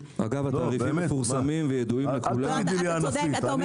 אל תגידי לי ענפית.